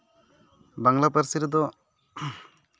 ᱵᱟᱝᱞᱟ ᱯᱟᱹᱨᱥᱤ ᱨᱮᱫᱚ